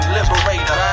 Liberator